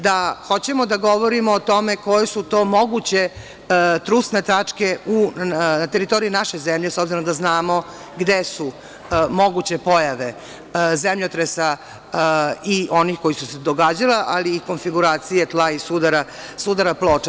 Da hoćemo da govorimo o tome koje su to moguće trusne tačke na teritoriji naše zemlje s obzirom da znamo gde su moguće pojave zemljotresa i onih koji su se događali, ali konfiguracije tla i sudara ploče.